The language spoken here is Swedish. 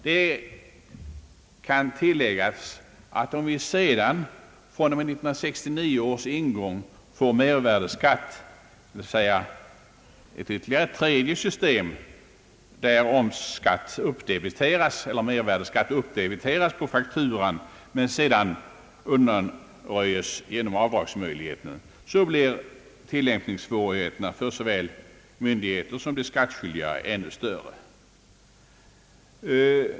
Man kan tillägga, att om vi från 1969 års ingång får mervärdeskatt — alltså ett tredje system, där mervärdeskatt debiteras på fakturan men sedan undanröjes genom avdragsmöjligheten — så blir tillämpningssvårigheterna ännu större såväl för myndigheterna som för de skattskyldiga.